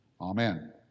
Amen